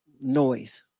noise